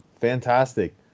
fantastic